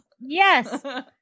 Yes